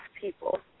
people